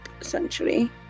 essentially